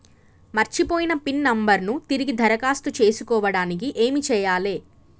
మర్చిపోయిన pin number ను తిరిగి దరఖాస్తు చేసుకోవడానికి ఏమి చేయాలే?